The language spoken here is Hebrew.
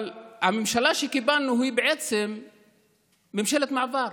אבל הממשלה שקיבלנו היא בעצם ממשלת מעבר.